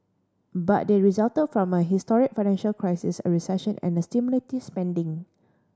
but they resulted from a historic financial crisis a recession and stimulative spending